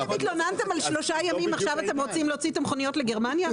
התלוננתם על שלושה ימים ועכשיו אתם רוצים להוציא את המכוניות לגרמניה?